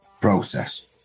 process